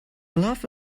love